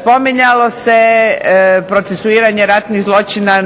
Spominjalo se procesuiranje ratnih zločina